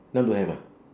now don't have ah